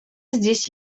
здесь